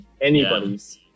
anybody's